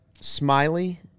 Smiley